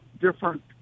different